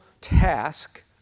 task